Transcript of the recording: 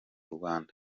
rwanda